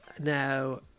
Now